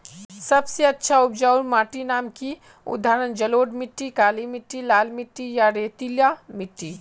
सबसे अच्छा उपजाऊ माटिर नाम की उदाहरण जलोढ़ मिट्टी, काली मिटटी, लाल मिटटी या रेतीला मिट्टी?